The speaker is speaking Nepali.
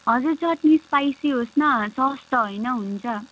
हजुर चट्नी स्पाइसी होस् न सस त होइन हुन्छ